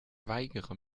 weigere